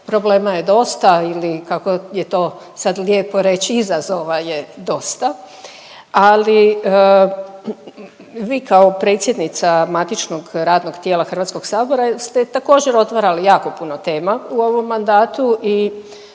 problema je dosta ili kao je to sad lijepo reći izazova je dosta, ali vi kao predsjednica matičnog radnog tijela Hrvatskog sabora ste također otvarali jako puno tema u ovom mandatu i